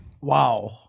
Wow